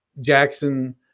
Jackson